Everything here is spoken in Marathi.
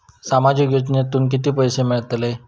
सामाजिक योजनेतून किती पैसे मिळतले?